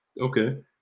Okay